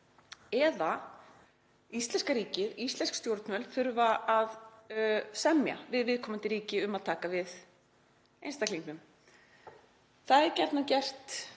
eða íslenska ríkið, íslensk stjórnvöld, þarf að semja við viðkomandi ríki um að taka við einstaklingnum. Það er gjarnan gert